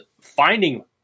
finding